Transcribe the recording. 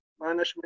management